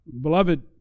Beloved